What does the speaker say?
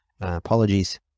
Apologies